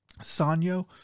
Sanyo